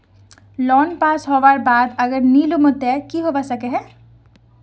Loan pass होबार बाद अगर नी लुम ते की होबे सकोहो होबे?